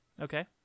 Okay